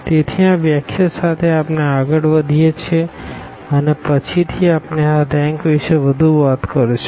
તેથી આ વ્યાખ્યા સાથે આપણે આગળ વધીએ છીએ અને પછીથી આપણે આ રેંક વિશે વધુ વાત કરીશું